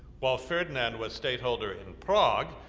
while ferdinand was state holder in prague,